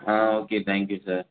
ah okay thank you sir